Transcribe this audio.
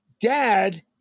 Dad